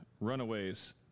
Runaways